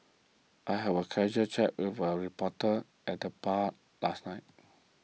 I had a casual chat with a reporter at the bar last night